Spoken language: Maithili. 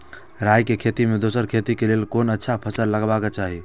राय के खेती मे दोसर खेती के लेल कोन अच्छा फसल लगवाक चाहिँ?